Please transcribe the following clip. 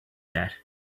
that